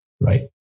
Right